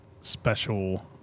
special